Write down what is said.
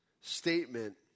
statement